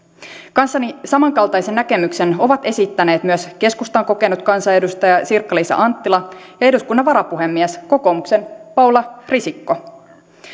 kanssani samankaltaisen näkemyksen ovat esittäneet myös keskustan kokenut kansanedustaja sirkka liisa anttila ja eduskunnan varapuhemies kokoomuksen paula risikko